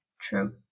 true